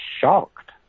shocked